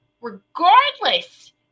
regardless